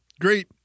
Great